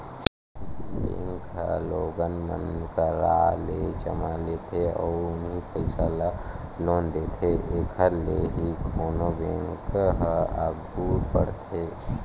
bank ह लोगन मन करा ले जमा लेथे अउ उहीं पइसा ल लोन देथे एखर ले ही कोनो बेंक ह आघू बड़थे